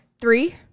Three